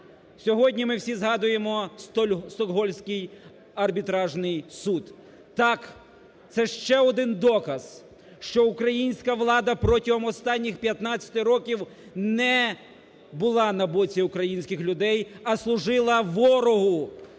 Сьогодні ми всі згадуємо Стокгольмський арбітражний суд. Так, це ще один доказ, що українська влада протягом останніх 15 років не була на боці українських людей, а служила ворогу,